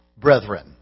brethren